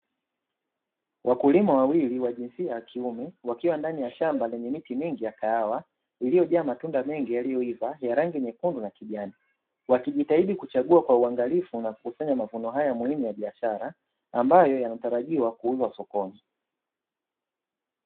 Wakulima wawili wa jinsia ya kiume, wakiwa ndani ya shamba lenye miti mingi ya kahawa iliyojaa matunda mengi yaliyoiva ya rangi nyekundu na kijani, wakijitahidi kuchagua kwa uangalifu na kukusanya mavuno haya muhimu ya biashara, ambayo yanatarajiwa kuuzwa sokoni.